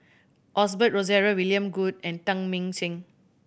Osbert Rozario William Goode and Teng Mah Seng